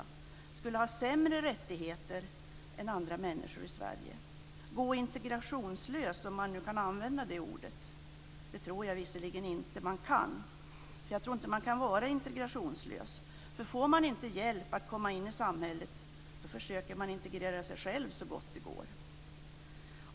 De skulle ha sämre rättigheter än andra människor i Sverige. De skulle gå "integrationslösa", om man nu kan använda det ordet. Det tror jag visserligen inte att man kan. Jag tror inte att de kan vara "integrationslösa". Får de inte hjälp att komma in i samhället försöker de att integrera sig själva så gott det går.